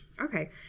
Okay